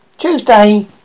Tuesday